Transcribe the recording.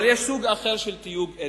אבל יש סוג אחר של תיוג אתני.